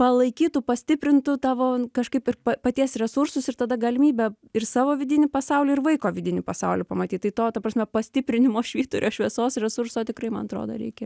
palaikytų pastiprintų tavo kažkaip ir paties resursus ir tada galimybė ir savo vidinį pasaulį ir vaiko vidinį pasaulį pamatyti tai to ta prasme pastiprinimo švyturio šviesos resurso tikrai man atrodo reikia